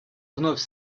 вновь